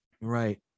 Right